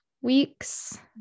weeks